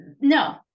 no